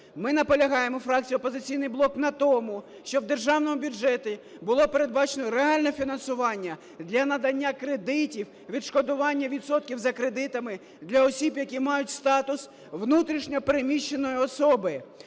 Ми наполягаємо, фракція "Опозиційний блок", на тому, щоб в державному бюджеті було передбачено реальне фінансування для надання кредитів, відшкодування відсотків за кредитами для осіб, які мають статус внутрішньо переміщеної особи.